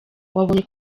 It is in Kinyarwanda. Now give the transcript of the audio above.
wabonye